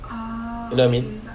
you know what I mean